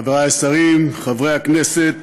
חברי השרים, חברי הכנסת,